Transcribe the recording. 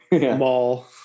mall